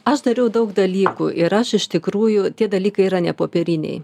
aš dariau daug dalykų ir aš iš tikrųjų tie dalykai yra ne popieriniai